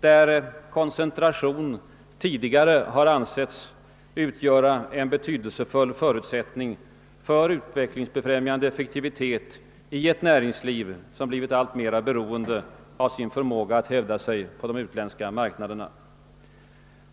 där koncentration tidigare har ansetts utgöra en betydelsefull förutsättning för utvecklingsbefrämjande effektivitet i ett näringsliv som blivit alltmera beroende av sin förmåga att hävda sig på de utländska marknaderna.